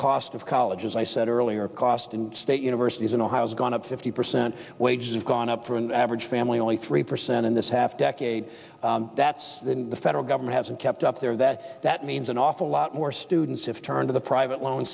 cost of college as i said earlier cost in state universities in ohio has gone up fifty percent wages have gone up for an average family only three percent in this half decade that's the federal government hasn't kept up there that that means an awful lot more students to turn to the private loan